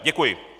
Děkuji. .